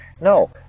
No